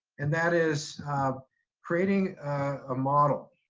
and that is creating a model